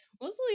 mostly